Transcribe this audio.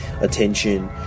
attention